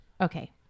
Okay